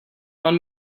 want